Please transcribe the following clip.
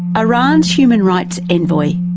iran's human rights envoy,